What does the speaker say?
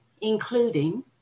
including